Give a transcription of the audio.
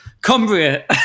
Cumbria